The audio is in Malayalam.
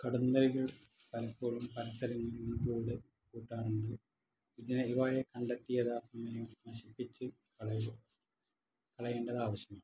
കടന്നലുകൾ പലപ്പോഴും പരിസരങ്ങളിൽ കൂട് കൂട്ടാറുണ്ട് ഇതിനെ ഇവയെ കണ്ടെത്തിയത് പിന്നെ നശിപ്പിച്ച് കളയുക കളയേണ്ടതാവശ്യമാണ്